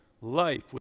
life